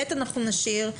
ב נשאיר,